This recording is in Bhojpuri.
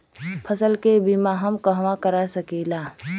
फसल के बिमा हम कहवा करा सकीला?